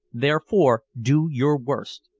therefore do your worst.